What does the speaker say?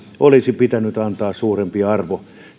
olisi pitänyt antaa suurempi arvo